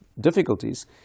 difficulties